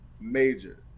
major